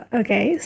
okay